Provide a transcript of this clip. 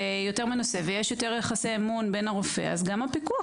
ויש יותר יחסי אמון בינו לבין הרופא אז גם הפיקוח,